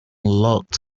looked